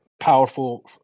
powerful